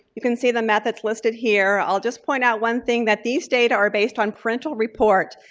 you can see the methods listed here. i'll just point out one thing, that these data are based on parental report.